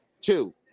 Two